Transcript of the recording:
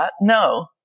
No